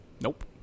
Nope